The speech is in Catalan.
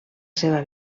seva